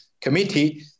committee